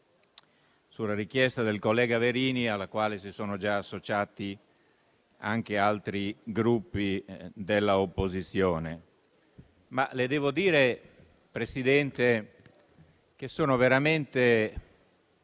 sulla richiesta del collega Verini, alla quale si sono già associati altri Gruppi dell'opposizione. Le devo dire, Presidente, che sono veramente